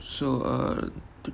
so err